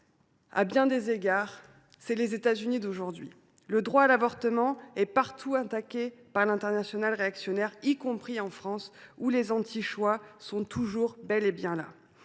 à bien des égards, nous rappelle les États Unis d’aujourd’hui. Le droit à l’avortement est partout attaqué par l’internationale réactionnaire, y compris en France, où les antichoix sont toujours là. Si nous